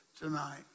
tonight